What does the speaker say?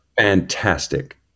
fantastic